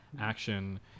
action